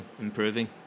improving